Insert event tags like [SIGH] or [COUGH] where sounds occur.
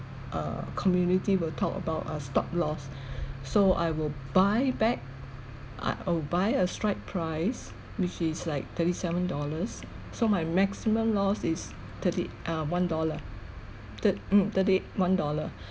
err community will talk about uh stock lost [BREATH] so I will buy back uh I'll buy a strike price which is like thirty-seven dollars so my maximum lost is thirty uh one dollar thirt~ um thirty-one dollar